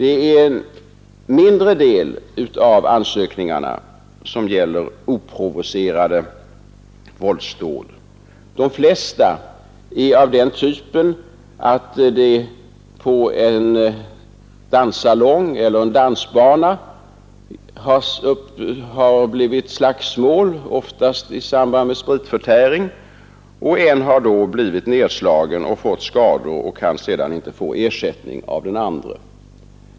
En mindre del av ansökningarna gäller oprovocerade våldsdåd. De flesta är av den typen att det på en danssalong eller en dansbana har blivit slagsmål, oftast i samband med spritförtäring, och en har då blivit nedslagen och fått skador och kan inte få ersättning från den andre.